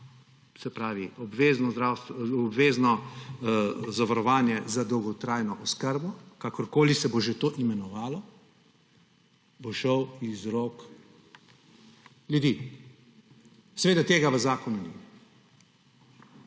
Se pravi, obvezno zavarovanje za dolgotrajno oskrbo, kakorkoli se bo že to imenovalo, bo šlo iz rok ljudi. Seveda tega v zakonu ni.